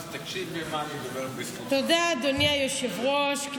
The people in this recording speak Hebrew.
תודה, אדוני היושב-ראש.